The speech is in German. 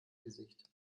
gesicht